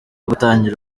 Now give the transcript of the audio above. kutagira